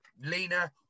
Lena